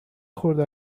خورده